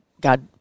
God